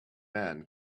man